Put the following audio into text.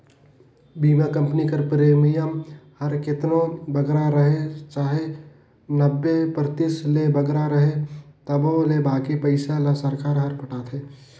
बीमा कंपनी कर प्रीमियम हर केतनो बगरा रहें चाहे नब्बे परतिसत ले बगरा रहे तबो ले बाकी पइसा ल सरकार हर पटाथे